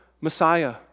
Messiah